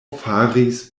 faris